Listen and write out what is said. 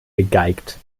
gegeigt